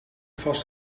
vast